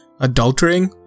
adultering